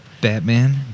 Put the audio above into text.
Batman